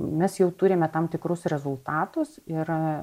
mes jau turime tam tikrus rezultatus ir